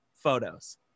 photos